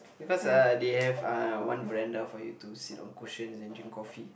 because uh they have uh one veranda for you to sit on cushions and drink coffee